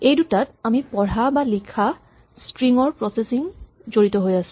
এইদুটাত আমি পঢ়া বা লিখা স্ট্ৰিং ৰ প্ৰছেচিং জৰিত হৈ আছে